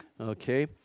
okay